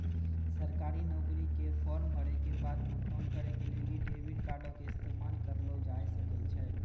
सरकारी नौकरी के फार्म भरै के बाद भुगतान करै के लेली डेबिट कार्डो के इस्तेमाल करलो जाय सकै छै